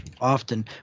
often